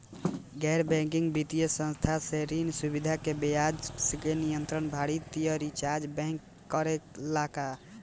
गैर बैंकिंग वित्तीय संस्था से ऋण सुविधा पर ब्याज के नियंत्रण भारती य रिजर्व बैंक करे ला का?